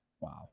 Wow